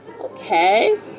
Okay